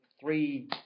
three